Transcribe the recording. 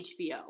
HBO